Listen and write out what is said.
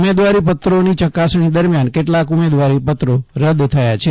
ઉમેદવારી પત્રોની ચકાસણી દરમિયાન કેટલાંક ઉમેદવારીપત્રો રદ થયા છે